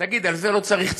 תגיד, על זה לא צריך צינון?